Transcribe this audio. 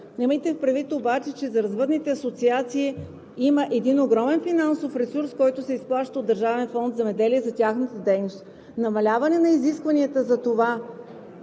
Имайте предвид обаче, че за развъдните асоциации има един огромен финансов ресурс, който се изплаща от Държавен фонд „Земеделие“ за тяхната дейност. Намаляване на изискванията за това